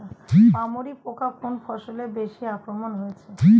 পামরি পোকা কোন ফসলে বেশি আক্রমণ হয়েছে?